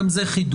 גם זה חידוד